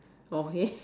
okay